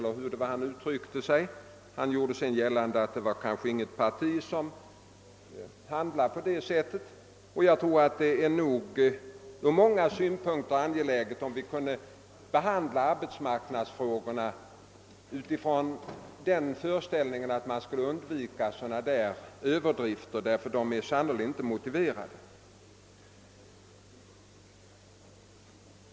Det är från många synpunkter angeläget att vi undviker sådana överdrifter beträffande arbetsmarknadsfrågorna, ty de är sannerligen inte motiverade.